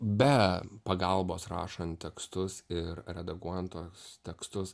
be pagalbos rašant tekstus ir redaguojant tuos tekstus